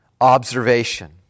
observation